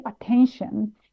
attention